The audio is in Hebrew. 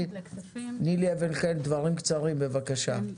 נילי אבן חן, דברים קצרים, בבקשה.